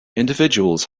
individuals